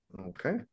Okay